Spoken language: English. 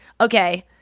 Okay